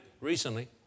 recently